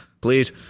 Please